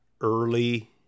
early